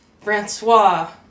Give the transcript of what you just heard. Francois